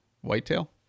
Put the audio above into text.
whitetail